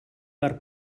per